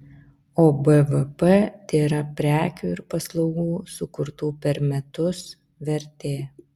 o bvp tėra prekių ir paslaugų sukurtų per metus vertė